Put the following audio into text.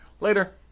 Later